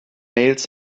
mails